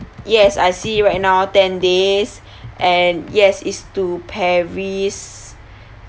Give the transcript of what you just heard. yes I see right now ten days and yes is to paris